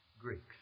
Greeks